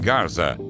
Garza